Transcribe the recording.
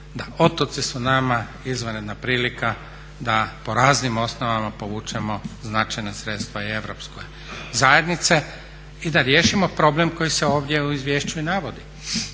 otoci su nama izvanredna prilika da po raznim osnovama povučemo značajna sredstva i Europske zajednice i da riješimo problem koji se ovdje u izvješću i navodi,